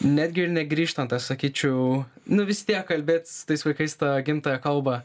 netgi ir negrįžtant aš sakyčiau nu vis tiek kalbėt su tais vaikais ta gimtąja kalba